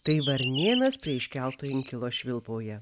tai varnėnas prie iškelto inkilo švilpauja